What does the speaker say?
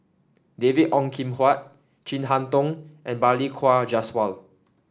David Ong Kim Huat Chin Harn Tong and Balli Kaur Jaswal